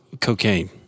cocaine